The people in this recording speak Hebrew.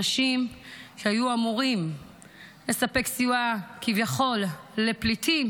אנשים שהיו אמורים לספק סיוע כביכול לפליטים